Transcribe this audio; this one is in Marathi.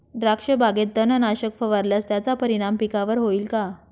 द्राक्षबागेत तणनाशक फवारल्यास त्याचा परिणाम पिकावर होईल का?